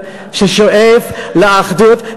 ששואף לאחדות.